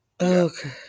Okay